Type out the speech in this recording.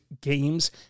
games